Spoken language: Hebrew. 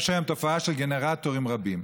יש היום תופעה של גנרטורים רבים.